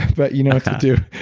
but you know what to do.